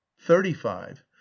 thirty-five